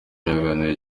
yagiranye